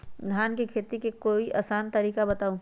धान के खेती के कोई आसान तरिका बताउ?